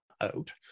out